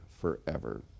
forever